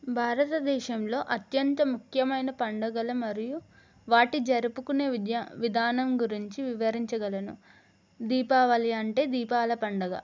భారతదేశంలో అత్యంత ముఖ్యమైన పండగల మరియు వాటి జరుపుకునే విద్య విధానం గురించి వివరించగలను దీపావళి అంటే దీపాల పండుగ